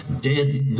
dead